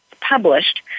published